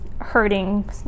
hurting